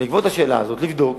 הולך לבדוק,